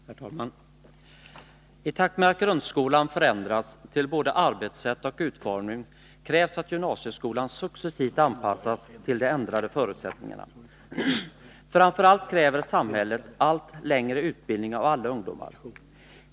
Herr talman! I takt med att grundskolan förändrats till både arbetssätt och utformning krävs att gymnasieskolan successivt anpassas till de ändrade förutsättningarna. Framför allt kräver samhället allt längre utbildning av alla ungdomar.